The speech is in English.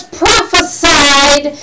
prophesied